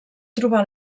trobar